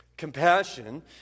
compassion